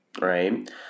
right